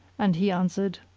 and he answered,